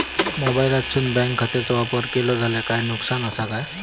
मोबाईलातसून बँक खात्याचो वापर केलो जाल्या काय नुकसान असा काय?